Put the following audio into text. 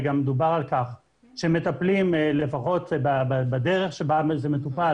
וגם דובר על כך שמטפלים - לפחות בדרך בה זה מטופל